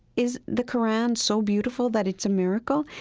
is the qur'an so beautiful that it's a miracle?